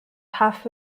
half